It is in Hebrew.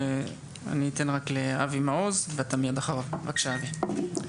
אני אתן את רשות הדיבור לאבי מעוז, בבקשה, אבי.